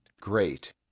great